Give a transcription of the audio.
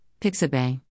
Pixabay